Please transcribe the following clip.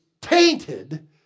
tainted